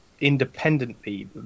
independently